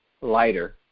lighter